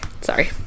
sorry